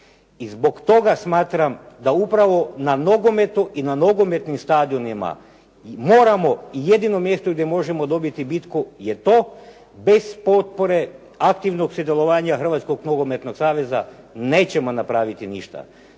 I zbog toga smatram da upravo na nogometu i na nogometnim stadionima moramo i jedino mjesto gdje možemo dobiti bitku je to bez potpore, aktivnog sudjelovanja Hrvatskog nogometnog saveza nećemo napraviti ništa.